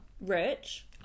rich